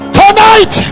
tonight